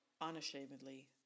unashamedly